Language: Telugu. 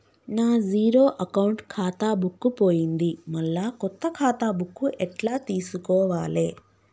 నా జీరో అకౌంట్ ఖాతా బుక్కు పోయింది మళ్ళా కొత్త ఖాతా బుక్కు ఎట్ల తీసుకోవాలే?